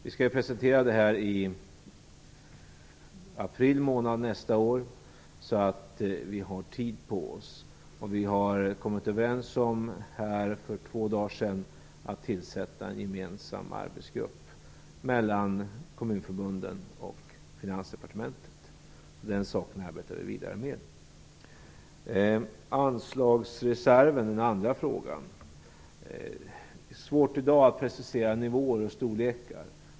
Vi skall presentera detta i april nästa år, så att vi har tid på oss. För två dagar sedan kom Kommunförbundet och Finansdepartementet överens om att tillsätta en gemensam arbetsgrupp. Vi arbetar alltså vidare med den frågan. Den andra frågan handlade om anslagsreserven. Det är svårt i dag att precisera nivåer och storlekar.